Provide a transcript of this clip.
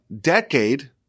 decade